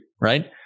right